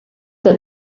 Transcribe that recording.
that